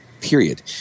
period